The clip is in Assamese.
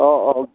অঁ অঁ